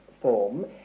form